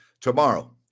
Tomorrow